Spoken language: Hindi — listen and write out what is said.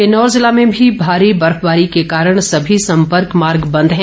किन्नौर जिला में भी भारी बर्फबारी के कारण सभी सम्पर्क मार्ग बंद है